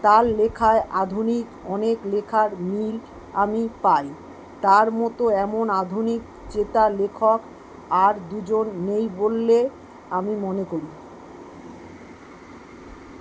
তাঁর লেখায় আধুনিক অনেক লেখার মিল আমি পাই তাঁর মতো এমন আধুনিকচেতা লেখক আর দুজন নেই বললে আমি মনে করি